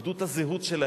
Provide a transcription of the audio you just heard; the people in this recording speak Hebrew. הן איבדו את הזהות שלהן.